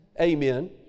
amen